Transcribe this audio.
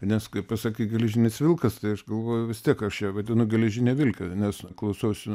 nes kai pasakai geležinis vilkas tai aš galvoju vis tiek aš ją vadinu geležine vilke nes klausausi